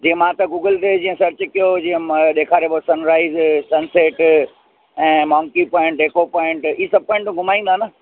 जीअं मां त गूगल ते जीअं सर्च कयो जीअं मूंखे हू ॾेखारे पियो सनराइज़ सनसेट ऐं मंकी पोइंट एको पोइंट इहे सभु पोइंटूं घुमाइंदा न